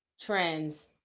trends